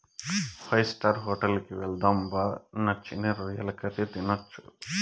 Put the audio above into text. five star hotel కి వెళ్దాం బా నచ్చిన రొయ్యల కర్రీ తినొచ్చు